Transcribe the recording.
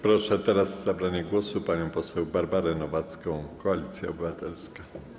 Proszę teraz o zabranie głosu panią poseł Barbarę Nowacką, Koalicja Obywatelska.